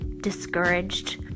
discouraged